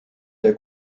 der